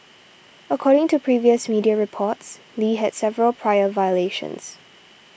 according to previous media reports Lee had several prior violations